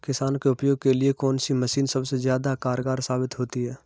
किसान के उपयोग के लिए कौन सी मशीन सबसे ज्यादा कारगर साबित होती है?